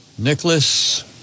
Nicholas